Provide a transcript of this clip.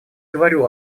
говорю